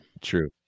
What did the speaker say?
True